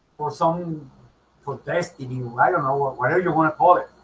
for something for testing. i don't know what whatever you want to call it